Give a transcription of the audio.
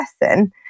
person